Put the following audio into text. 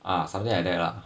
ah something like that lah